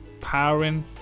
powering